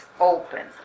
open